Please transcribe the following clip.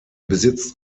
besitzt